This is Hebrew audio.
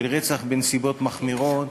של רצח בנסיבות מחמירות,